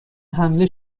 حمله